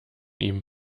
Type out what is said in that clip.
ihm